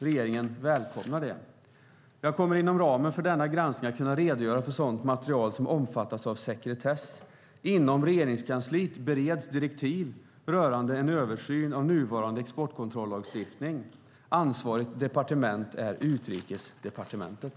Regeringen välkomnar det. Jag kommer inom ramen för denna granskning att kunna redogöra för sådant material som omfattas av sekretess. Inom Regeringskansliet bereds direktiv rörande en översyn av nuvarande exportkontrollagstiftning. Ansvarigt departement är Utrikesdepartementet.